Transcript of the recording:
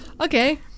Okay